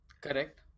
correct